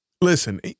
listen